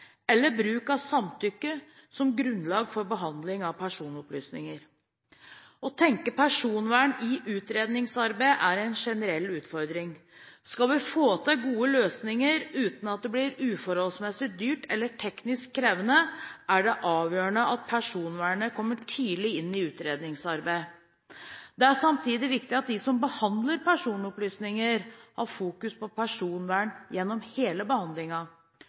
eller bruk av samtykke som grunnlag for behandling av personopplysninger. Å tenke personvern i utredningsarbeid er en generell utfordring. Skal vi få til gode løsninger uten at det blir uforholdsmessig dyrt eller teknisk krevende, er det avgjørende at personvernet kommer tidlig inn i utredningsarbeidet. Det er samtidig viktig at de som behandler personopplysninger, har fokus på personvern gjennom hele